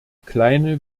kleine